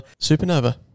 supernova